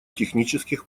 технических